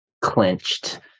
clenched